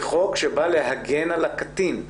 זה חוק שבא להגן על הקטין.